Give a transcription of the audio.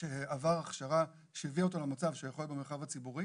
שעבר הכשרה שהביאה אותו למצב שהוא יכול להיות במרחב הציבורי